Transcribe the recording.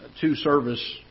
two-service